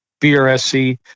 BRSC